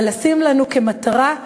אבל לשים לנו כמטרה: